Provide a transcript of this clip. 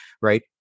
right